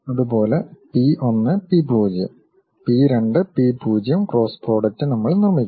അതുപോലെ P 1 P 0 P 2 P 0 cross product നമ്മൾ നിർമ്മിക്കും